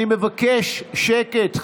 אני מבקש שקט.